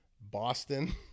Boston